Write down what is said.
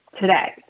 today